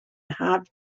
have